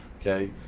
Okay